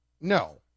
No